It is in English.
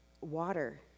Water